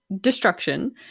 destruction